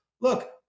look